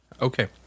Okay